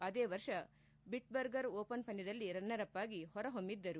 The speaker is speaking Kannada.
ಅದೇ ವರ್ಷ ಬಿಟ್ಬರ್ಗರ್ ಓಪನ್ ಪಂದ್ಯದಲ್ಲಿ ರನ್ನರ್ ಅಪ್ ಆಗಿ ಹೊರಹೊಮ್ಬಿದ್ದರು